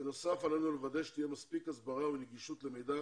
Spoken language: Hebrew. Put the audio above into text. בנוסף עלינו לוודא שתהיה מספיק הסברה ונגישות למידע